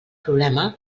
problema